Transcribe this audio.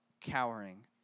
cowering